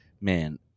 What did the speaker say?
Man